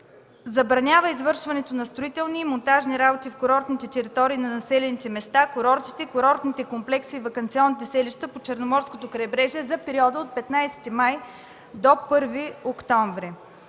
забранява извършването на строителни и монтажни работи в курортните територии на населените места, курортите, курортните комплекси и ваканционните селища по Черноморското крайбрежие за периода от 15 май до 1 октомври.